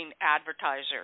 advertiser